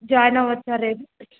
join అవ్వచ్చా రేపు